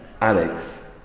Alex